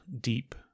deep